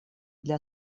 для